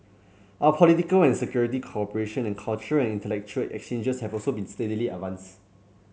our political and security cooperation and cultural and intellectual exchanges have also been steadily advanced